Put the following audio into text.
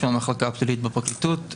המחלקה הפלילית, הפרקליטות.